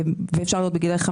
כבר בגיל 15